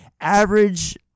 Average